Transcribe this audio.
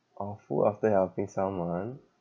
awful after helping someone